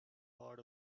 part